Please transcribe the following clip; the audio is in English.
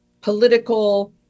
political